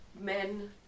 men